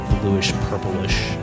bluish-purplish